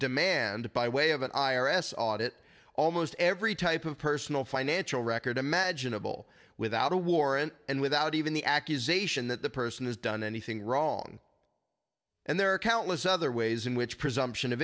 demand by way of an i r s audit almost every type of personal financial record imaginable without a warrant and without even the accusation that the person has done anything wrong and there are countless other ways in which presumption of